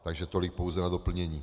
Takže tolik pouze na doplnění.